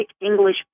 English